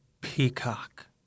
Peacock